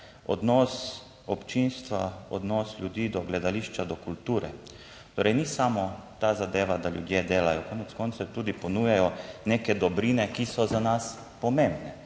odnos občinstva, odnos ljudi do gledališča, do kulture. Torej, ni samo ta zadeva, da ljudje delajo, konec koncev tudi ponujajo neke dobrine, ki so za nas pomembne.